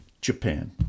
Japan